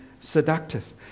seductive